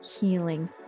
healing